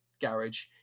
Garage